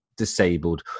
disabled